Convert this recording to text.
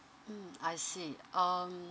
mm I see um